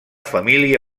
família